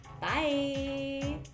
bye